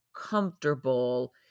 comfortable